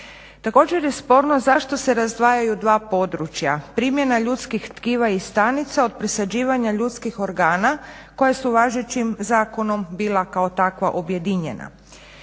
Također je sporno zašto se razdvajaju dva područja, primjena ljudskih tkiva i stanica od presađivanja ljudskih organa koja su važećim zakonom bila kao takva objedinjena.